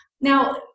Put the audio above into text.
Now